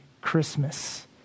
Christmas